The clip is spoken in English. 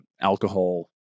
Alcohol